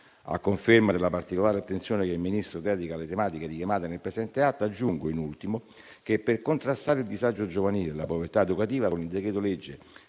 A conferma della particolare attenzione che il Ministero dedica alle tematiche richiamate nel presente atto, aggiungo in ultimo che, per contrastare il disagio giovanile e la povertà educativa, con il decreto-legge